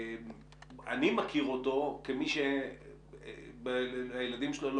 אני מכיר אותו כמי שהילדים שלו לא